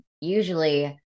usually-